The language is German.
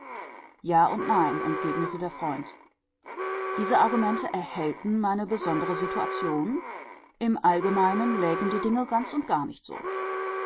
ja und nein entgegnete der freund diese argumente erhellten meine besondere situation im allgemeinen lägen die dinge ganz und gar nicht so